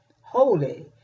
holy